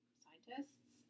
scientists